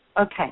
okay